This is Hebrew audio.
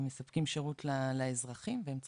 הם מספקים שירות לאזרחים והם צריכים,